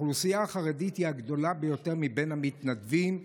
האוכלוסייה החרדית היא הגדולה ביותר מבין המתנדבים,